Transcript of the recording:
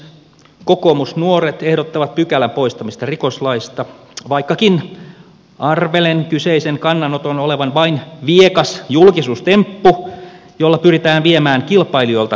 kokoomusnuoret ehdottavat pykälän poistamista rikoslaista vaikkakin arvelen kyseisen kannanoton olevan vain viekas julkisuustemppu jolla pyritään viemään kilpailijoilta kannatusta